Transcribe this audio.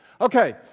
Okay